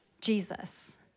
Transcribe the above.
Jesus